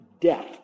death